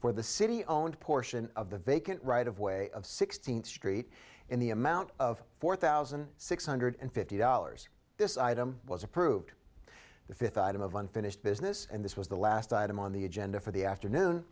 for the city owned portion of the vacant right of way of sixteenth street in the amount of four thousand six hundred fifty dollars this item was approved the fifth item of unfinished business and this was the last item on the agenda for the afternoon